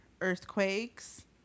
earthquakes